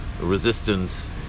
resistance